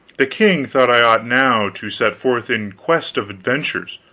the king thought i ought now to set forth in quest of adventures,